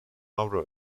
avro